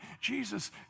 Jesus